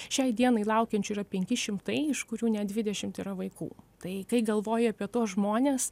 šiai dienai laukiančių yra penki šimtai iš kurių net dvidešimt yra vaikų tai kai galvoji apie tuos žmones